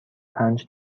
پنج